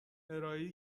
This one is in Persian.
ارائهای